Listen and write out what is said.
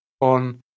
on